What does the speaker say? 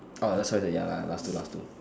orh so the ya lah last two last two